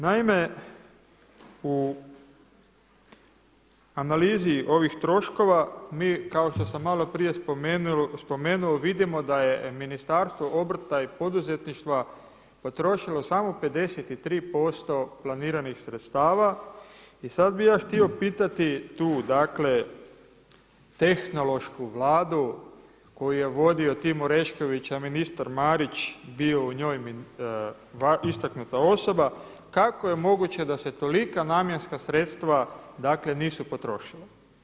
Naime, u analizi ovih troškova kao što sam malo prije spomenuo vidimo da je Ministarstvo obrta i poduzetništva potrošilo samo 53% planiranih sredstava i sada bih ja htio pitati tu dakle tehnološku vladu koju je vodio Tim Orešković, a ministar Marić bio u njoj istaknuta osoba, kako je moguće da se tolika namjenska sredstva nisu potrošila?